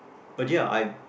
but ya I